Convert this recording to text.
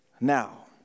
now